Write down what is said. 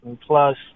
Plus